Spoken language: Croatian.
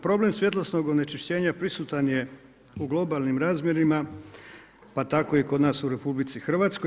Problem svjetlosnog onečišćenja prisutan je u globalnim razmjerima pa tako i kod nas u RH.